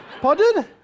Pardon